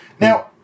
Now